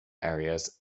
areas